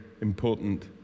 important